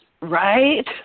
Right